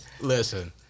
listen